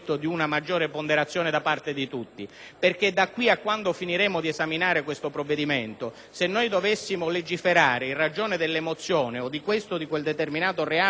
da qui a quando finiremo di esaminare questo provvedimento, se dovessimo legiferare in ragione dell'emozione, di questo o di quel reato che quel determinato giorno si consuma,